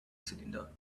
cylinder